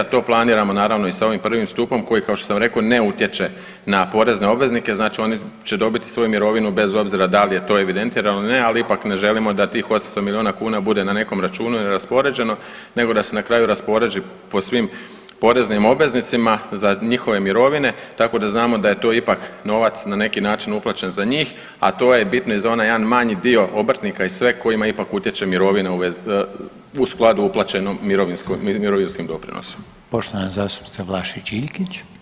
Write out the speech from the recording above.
To planiramo naravno i sa ovim prvim stupom koji kao što sam rekao ne utječe na porezne obveznike znači oni će dobiti svoju mirovinu bez obzira da li je to evidentirano ili ne ali ipak ne želimo da tih 800 milijuna kuna bude na nekom računu neraspoređeno nego da se na kraju rasporedi po svim poreznim obveznicima za njihove mirovine tako da znamo da je to ipak novac na neki način uplaćen za njih, a to je bitno i za onaj jedan manji dio obrtnika i sve kojima ipak utječe mirovina u vezi, u skladu uplaćenom mirovinskim doprinosima.